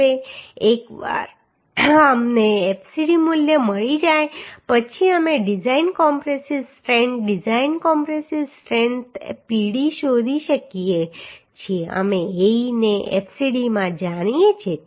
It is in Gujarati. હવે એકવાર અમને fcd મૂલ્ય મળી જાય પછી અમે design compressive strength design compressive strength Pd શોધી શકીએ છીએ અમે Ae ને fcd માં જાણીએ છીએ